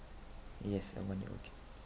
yes a one year old kid